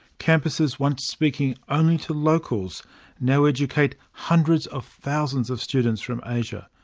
campuses once speaking only to locals now educate hundreds of thousands of students from asia.